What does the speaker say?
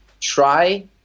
try